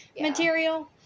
material